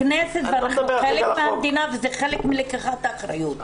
הכנסת היא חלק מהמדינה וזה חלק מלקיחת אחריות.